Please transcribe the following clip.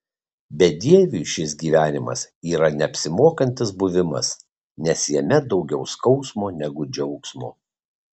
bedieviui šis gyvenimas yra neapsimokantis buvimas nes jame daugiau skausmo negu džiaugsmo